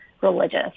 religious